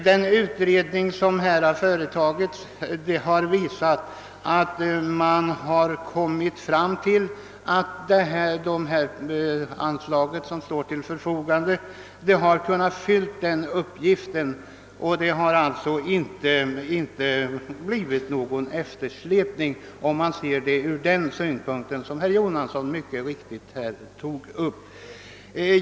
Den utredning som företagits har visat att det anslag som står till förfogande har kunnat fylla den avsedda uppgiften, och det har alltså inte blivit någon eftersläpning, om man ser saken ur den synpunkt som herr Jonasson mycket riktigt anlade.